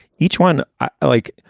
each one i like.